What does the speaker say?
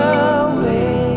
away